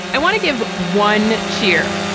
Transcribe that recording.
i want to give one cheer.